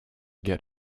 get